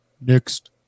next